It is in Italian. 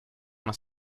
una